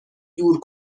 دور